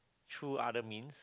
through other means